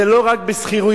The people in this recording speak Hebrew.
זה לא רק בשכירויות.